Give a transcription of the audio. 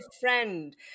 friend